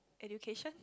education